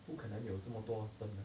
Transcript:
不可能有这么多灯的